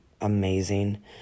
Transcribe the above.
amazing